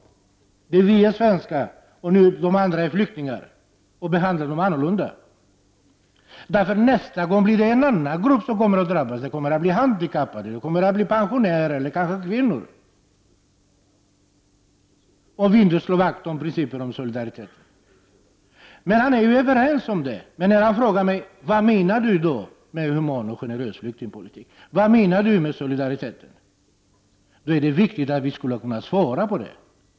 Vi är svenskar och de andra är flyktingar, och flyktingarna behandlas annorlunda. Nästa gång drabbas någon annan grupp — det kan vara handikappade, pensionärer eller kanske kvinnor - om vi inte slår vakt om principen om solidaritet. Johansson säger att han är överens med mig. Men när han frågar mig vad jag menar med human och generös flyktingpolitik och solidaritet, är det viktigt att jag kan svara på frågan.